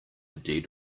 dead